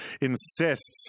insists